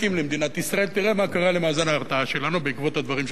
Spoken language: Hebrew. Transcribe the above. תראה מה קרה למאזן ההרתעה שלנו בעקבות הדברים של הרמטכ"ל האמריקני.